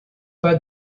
pas